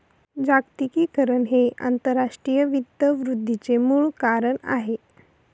जागतिकीकरण हे आंतरराष्ट्रीय वित्त वृद्धीचे मूळ कारण आहे